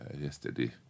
yesterday